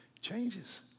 changes